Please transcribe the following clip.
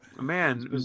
man